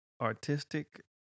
artistic